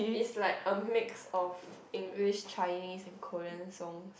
is like a mix of English Chinese and Korean songs